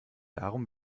darum